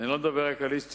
אני לא מדבר רק על איש ציבור,